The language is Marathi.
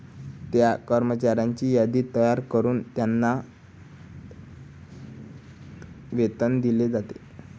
त्या कर्मचाऱ्यांची यादी तयार करून त्यांना वेतन दिले जाते